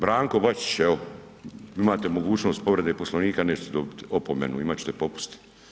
Branko Bačić, evo, imate mogućnost povrede Poslovnika, nećete dobiti opomenu, imat ćete popust.